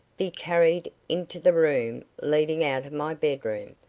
be carried into the room leading out of my bedroom,